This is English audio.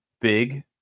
big